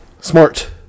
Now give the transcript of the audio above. smart